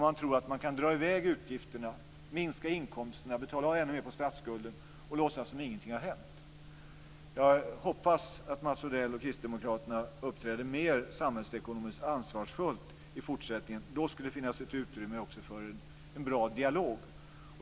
Man tror att man kan dra i väg utgifterna, minska inkomsterna, betala av ännu mer på statsskulden och låtsas som om ingenting har hänt. Jag hoppas att Mats Odell och kristdemokraterna uppträder mer samhällsekonomiskt ansvarsfullt i fortsättningen. Då skulle det finnas ett utrymme också för en bra dialog.